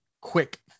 quick